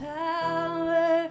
power